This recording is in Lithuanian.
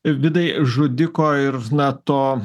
vidai žudiko ir na to